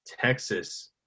Texas